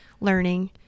learning